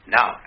Now